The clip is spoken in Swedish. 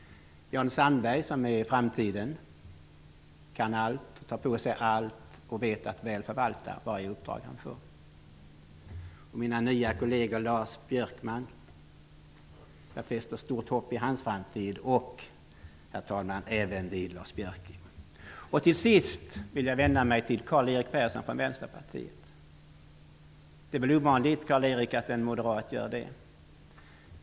Jan Sandberg är framtidens politiker. Han kan allt, tar på sig allt och vet att väl förvalta varje uppdrag som han får. När det gäller mina nya kolleger fäster jag stort hopp vid Lars Björkmans framtid och, herr talman, även vid Lars Biörcks framtid. Till sist vill jag vända mig till Karl-Erik Persson från Vänsterpartiet. Det är väl ovanligt, Karl-Erik Persson, att en moderat gör det.